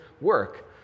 work